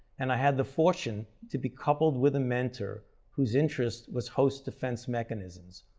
and i had the fortune to be coupled with a mentor whose interest was host defense mechanisms.